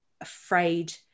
afraid